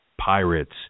Pirates